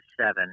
seven